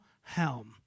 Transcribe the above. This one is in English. helm